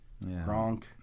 Bronk